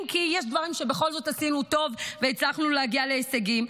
אם כי יש דברים שבכל זאת עשינו טוב והצלחנו להגיע להישגים.